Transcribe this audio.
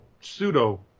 pseudo